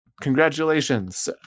Congratulations